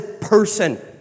person